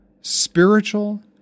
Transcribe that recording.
spiritual